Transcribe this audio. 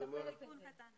מטפלת בזה.